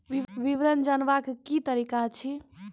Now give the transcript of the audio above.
विवरण जानवाक की तरीका अछि?